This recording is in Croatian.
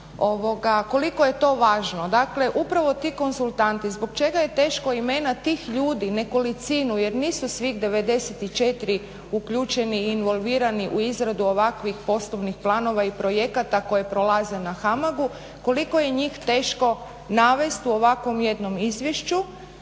ti konzultanti, zbog čega je teško imena tih ljudi nekolicinu jer nisu svih 94 uključeni i involvirani u izradu ovakvih poslovnih planova i projekata koje prolaze na HAMAG-u, koliko je njih teško navesti u ovakvom jednom izvješću?